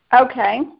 Okay